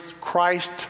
Christ